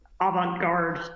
avant-garde